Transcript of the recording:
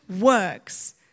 works